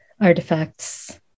artifacts